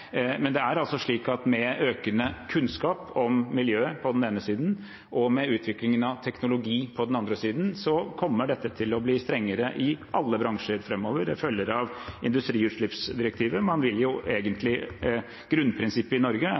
Men med økende kunnskap om miljøet på den ene siden, og med utviklingen av teknologi på den andre siden, kommer dette til å bli strengere i alle bransjer framover. Det følger av industriutslippsdirektivet.